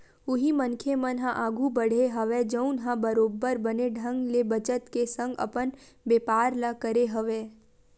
उही मनखे मन ह आघु बड़हे हवय जउन ह बरोबर बने ढंग ले बचत के संग अपन बेपार ल करे हवय